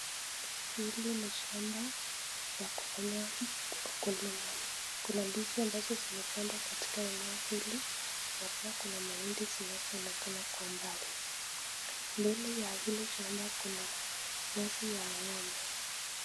Hili ni shamba ya kufanya ukulima. Kuna ndizi ambazo zimepandwa katika eneo hili na pia kuna mahindi zinazoonekana kwa mbali. Mbele ya hili shamba kuna nyasi ya ng'ombe.